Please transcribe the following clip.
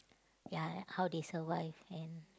ya how they survive and